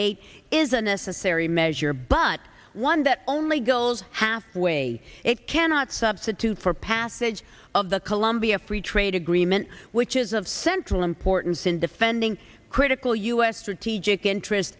eight is a necessary measure but one that only gold half way it cannot substitute for passage of the colombia free trade agreement which is of central importance in defending critical u s strategic interest